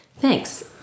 Thanks